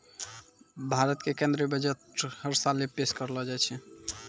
भारत के केन्द्रीय बजट हर साले पेश करलो जाय छै